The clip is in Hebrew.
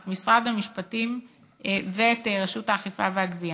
את משרד המשפטים ואת רשות האכיפה והגבייה.